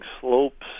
slopes